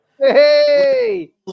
Hey